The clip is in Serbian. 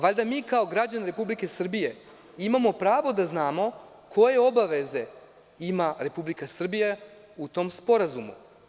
Valjda mi kao građani Republike Srbije imamo pravo da znamo koje obaveze ima Republika Srbija u tom sporazumu.